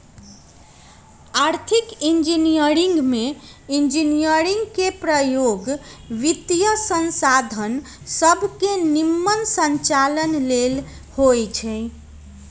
आर्थिक इंजीनियरिंग में इंजीनियरिंग के प्रयोग वित्तीयसंसाधन सभके के निम्मन संचालन लेल होइ छै